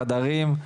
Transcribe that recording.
חדרים,